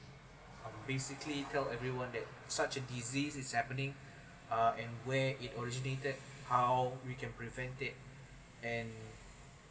um basically tell everyone that such a disease is happening uh and where it originated how we can prevent it and